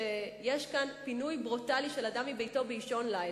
שיש כאן פינוי ברוטלי של אדם מביתו באישון לילה,